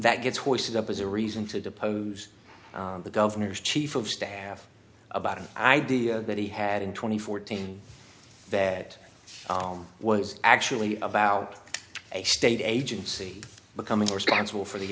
that gets horses up as a reason to depose the governor's chief of staff about an idea that he had in twenty fourteen bad alm was actually about a state agency becoming responsible for the